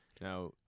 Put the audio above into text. Now